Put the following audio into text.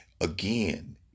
Again